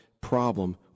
problem